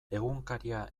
egunkaria